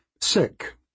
sick